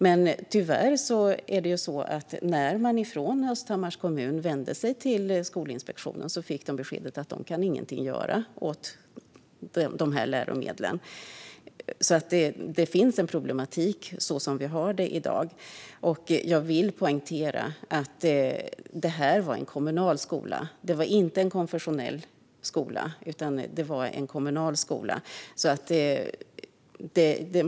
Men tyvärr var det ju så att när Östhammars kommun vände sig till Skolinspektionen fick man beskedet att de inte kan göra någonting åt dessa läromedel. Det finns alltså en problematik i hur vi har det i dag. Jag vill poängtera att det här är en kommunal skola. Det är inte en konfessionell skola, utan det är en kommunal skola.